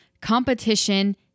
competition